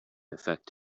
effect